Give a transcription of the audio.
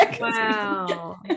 Wow